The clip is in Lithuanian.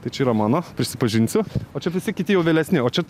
tai čia yra mano prisipažinsiu o čia visi kiti jau vėlesni o čia